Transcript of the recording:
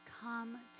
come